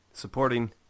supporting